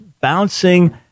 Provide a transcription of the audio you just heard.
bouncing